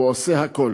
והוא עושה הכול